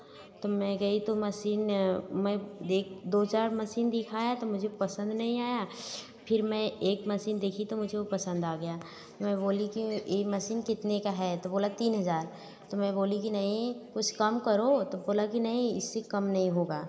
तो मैं गई तो मसीन मैं देख दो चार मसीन दिखाया तो मुझे पसंद नहीं आया फिर मैं एक मसीन देखी तो मुझे वह पसंद आ गया मैं बोली कि यह मसीन कितने का है तो बोला तीन हज़ार तो मैं बोली कि नहीं कुछ कम करो तो बोला कि नहीं इससे कम नहीं होगा